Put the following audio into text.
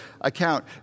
account